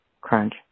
crunch